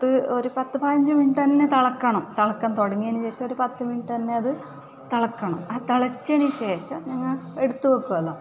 ഇത് ഒരു പത്ത് പതിനഞ്ച് മിനിറ്റു തന്നെ തിളക്കണം തിളക്കാൻ തുടങ്ങിയതിന് ശേഷം ഒരു പത്ത് മിനിറ്റു തന്നെ അത് തിളക്കണം ആ തിളച്ചതിന് ശേഷം ഞങ്ങൾ എടുത്ത് വെക്കുവല്ലോ